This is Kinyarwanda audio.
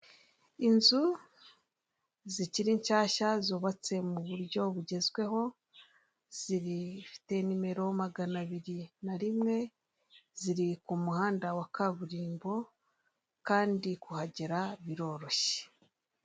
Inzu zikiri nshyashya zubatse mu buryo bugezweho, zifite nimero magana abiri na rimwe, ziri ku muhanda wa kaburimbo kandi kuhagera biroroshye.